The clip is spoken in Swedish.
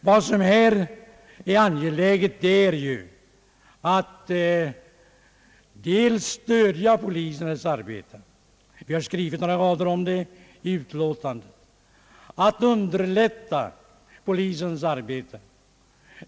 Vad som här är angeläget är för det första att stödja polisens arbete — vi har skrivit några rader om det i utlåtandet — och för det andra att underlätta dess arbete.